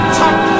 talk